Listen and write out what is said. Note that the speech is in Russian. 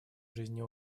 жизни